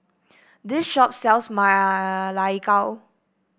this shop sells Ma Lai Gao